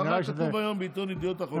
אתה יודע מה היה כתוב היום בעיתון ידיעות אחרונות.